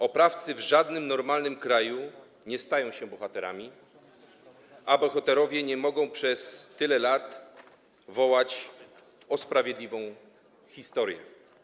Oprawcy w żadnym normalnym kraju nie stają się bohaterami, a bohaterowie nie mogą przez tyle lat wołać o sprawiedliwą historię.